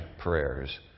prayers